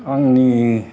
आंनि